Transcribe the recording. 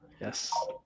Yes